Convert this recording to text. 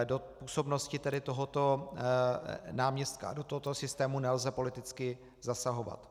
Do působnosti tedy tohoto náměstka do tohoto systému nelze politicky zasahovat.